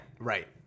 Right